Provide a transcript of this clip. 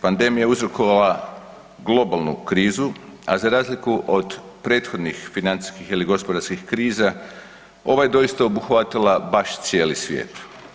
Pandemija je uzrokovala globalnu krizu a za razliku od prethodnih financijskih ili gospodarskih kriza, ova je doista obuhvatila baš cijeli svijet.